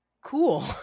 Cool